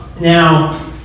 Now